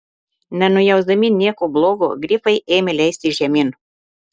nenujausdami nieko blogo grifai ėmė leistis žemyn